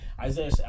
Isaiah